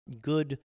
good